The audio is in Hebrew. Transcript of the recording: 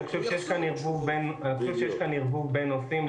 אני חושב שיש כאן ערבוב בין נושאים,